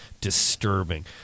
disturbing